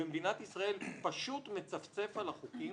במדינת ישראל פשוט מצפצף על החוקים?